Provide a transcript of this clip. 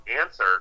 answer